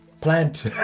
plant